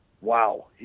wow